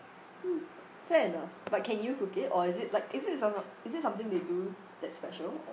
hmm fair enough but can you cook it or is it like is it is it something they do that's special